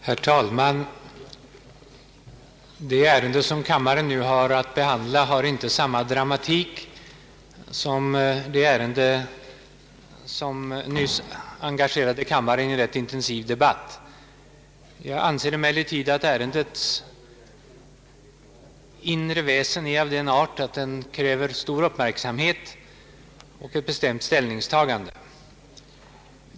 Herr talman! Det ärende som kammaren nu har att behandla har inte samma dramatik som det som nyss engagerade ledamöterna i en rätt intensiv debatt. Jag anser emellertid att ärendets inre väsen är av den art att det kräver stor uppmärksamhet och ett bestämt ställningstagande.